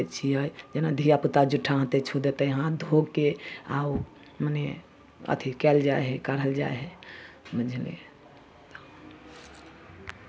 राखि देली राखि देली तब आलूके आ मटरके सब्जी बनैली ओहिमे करू तेल फोरन मसल्ला आर धऽ कऽ लहसुन पियाज मिरचाइ धऽ कऽ भुजि कऽ फ्राइ कैरिके काटि देली फेर रस देली रसमे दऽ के तब निकालि कए